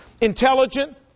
Intelligent